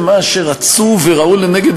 לא להיסחף.